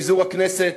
פיזור הכנסת,